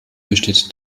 besteht